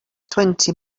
twenty